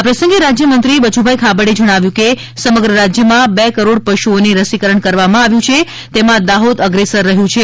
આ પ્રસંગે રાજ્યમંત્રી બચુભાઇ ખાબડે જણાવ્યું હતું કે સમગ્ર રાજ્યમાં બે કરોડ પશુઓને રસીકરણ કરવામાં આવ્યું છે તેમાં દાહોદ અગ્રેસર રહ્યું છે